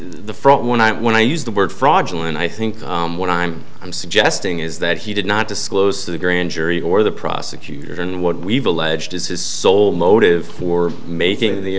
front when i when i used the word fraudulent i think what i'm i'm suggesting is that he did not disclose to the grand jury or the prosecutor and what we've alleged is his sole motive for making the